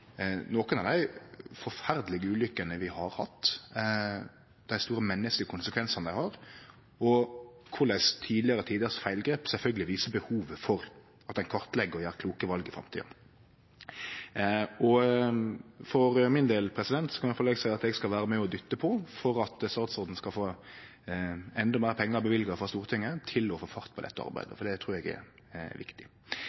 av dei forferdelege ulykkene vi har hatt, dei store menneskelege konsekvensane dei har, og korleis tidlegare tiders feilgrep sjølvsagt viser behovet for at ein kartlegg og gjer kloke val i framtida. For min del kan eg i alle fall seie at eg skal vere med og dytte på for at statsråden skal få endå meir pengar løyvde frå Stortinget til å få fart på dette arbeidet,